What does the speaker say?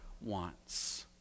wants